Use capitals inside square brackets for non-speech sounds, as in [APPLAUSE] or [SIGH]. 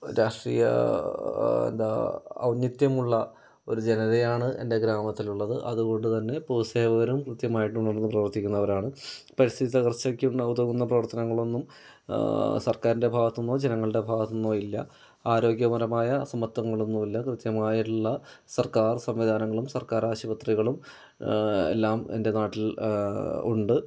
രാഷ്ട്രീയ എന്താ ഔന്നിത്യമുള്ള ഒരു ജനതയാണ് എൻ്റെ ഗ്രാമത്തിലുള്ളത് അതുകൊണ്ട് തന്നെ പൊതുസേവകരും കൃത്യമായിട്ടുണർന്ന് പ്രവർത്തിക്കുന്നവരാണ് [UNINTELLIGIBLE] തകർച്ചക്ക് ഉതകുന്ന പ്രവർത്തനങ്ങളൊന്നും സർക്കാരിൻ്റെ ഭാഗത്ത് നിന്നോ ജനങ്ങളുടെ ഭാഗത്ത് നിന്നോ ഇല്ല ആരോഗ്യപരമായ അസമത്വങ്ങളൊന്നുമില്ല കൃത്യമായിട്ടുള്ള സർക്കാർ സംവിധാനങ്ങളും സർക്കാർ ആശുപത്രികളും എല്ലാം എൻ്റെ നാട്ടിൽ ഉണ്ട്